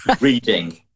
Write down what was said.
reading